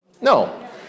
No